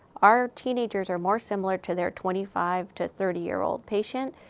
our teenagers are more similar to their twenty five to thirty year old patient,